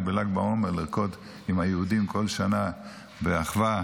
בל"ג בעומר לרקוד עם היהודים כל שנה באחווה,